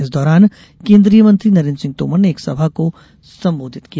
इस दौरान केन्द्रीय मंत्री नरेन्द्र सिंह तोमर ने एक सभा को संबोधित किया